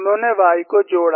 उन्होंने Y को जोड़ा